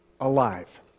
alive